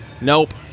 Nope